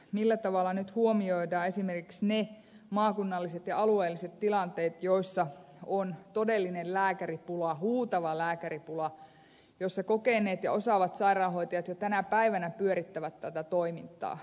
millä tavalla nyt huomioidaan esimerkiksi ne maakunnalliset ja alueelliset tilanteet joissa on todellinen lääkäripula huutava lääkäripula jossa kokeneet ja osaavat sairaanhoitajat jo tänä päivänä pyörittävät tätä toimintaa